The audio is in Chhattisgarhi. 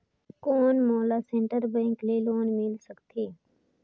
कौन मोला सेंट्रल बैंक ले लोन मिल सकथे?